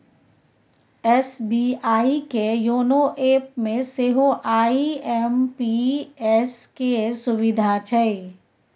SBI के YONO एपमे सेहो आई.एम.पी.एस केर सुविधा छै